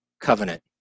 covenant